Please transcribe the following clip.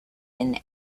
and